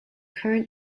current